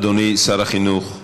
אדוני שר החינוך.